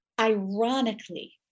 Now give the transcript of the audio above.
Ironically